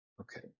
Okay